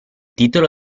titolo